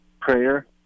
prayer